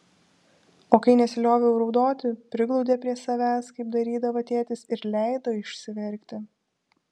o kai nesilioviau raudoti priglaudė prie savęs kaip darydavo tėtis ir leido išsiverkti